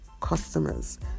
customers